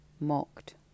mocked